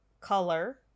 color